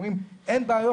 הם אמרו שאין בעיות,